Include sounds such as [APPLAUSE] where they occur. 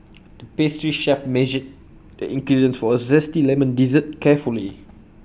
[NOISE] the pastry chef measured the ingredients for A Zesty Lemon Dessert carefully